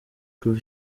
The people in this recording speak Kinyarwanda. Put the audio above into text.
kuva